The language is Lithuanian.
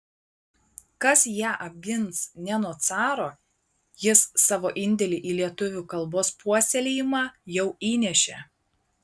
kas ją apgins ne nuo caro jis savo indėlį į lietuvių kalbos puoselėjimą jau įnešė